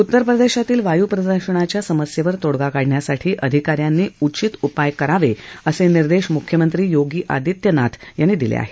उत्तर प्रदेशातील वायू प्रदुषणाच्या समस्येवर तोडगा काढण्यासाठी अधिका यांनी उचित उपाय करावे असे निर्देश मुख्यमंत्री योगी अदित्यनाथ यांनी दिले आहेत